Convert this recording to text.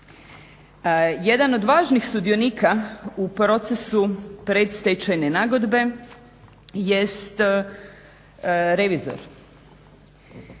Jedan od važnih sudionika u procesu predstečajne nagodbe jest revizor.